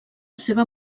seva